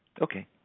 Okay